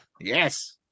yes